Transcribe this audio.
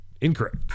Incorrect